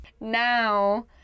Now